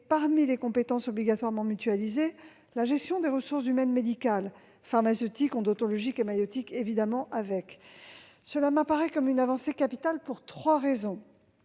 parmi les compétences obligatoirement mutualisées, la gestion des ressources humaines médicales, pharmaceutiques, odontologiques et maïeutiques. Cela m'apparaît comme une avancée capitale, pour trois raisons.